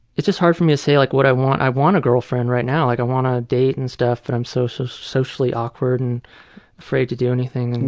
it's just hard for me to say like what i want. i want a girlfriend right now. like i want to date and stuff, but i'm so socially awkward and afraid to do anything and